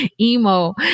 emo